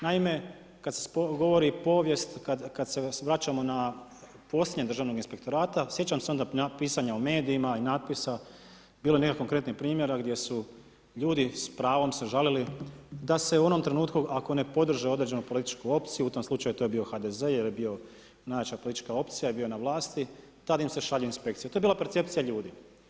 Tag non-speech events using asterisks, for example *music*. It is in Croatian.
Naime, kada se govori povijest, kada se vraćamo na … *unintelligible* Državnog inspektorata sjećam se onda pisanje o medijima i natpisa, bilo je nekakvih konkretnih primjera, gdje su ljudi s pravom se žalili, da se u onom trenutku, ako ne podrže određenu političku opciju, u tom slučaju, to je bio HDZ jer je bio najjača politička opcija, jer je bio na vlasti, tada im se šalje inspekcija, to je bila percepcija ljudi.